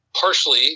partially